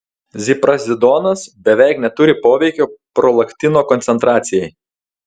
ziprazidonas beveik neturi poveikio prolaktino koncentracijai